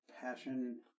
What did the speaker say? passion